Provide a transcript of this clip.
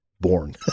born